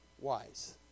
wise